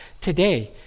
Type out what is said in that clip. today